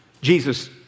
Jesus